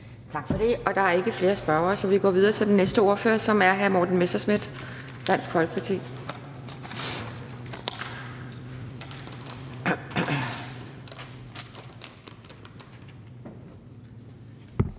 Tak for det. Der er ikke flere spørgere, så vi går videre til den næste ordfører, som er hr. Morten Messerschmidt, Dansk Folkeparti.